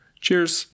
Cheers